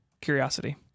curiosity